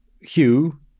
Hugh